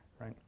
Right